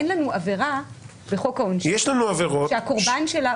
אין לנו עבירה בחוק העונשין שהקורבן שלה